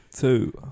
Two